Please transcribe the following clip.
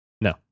No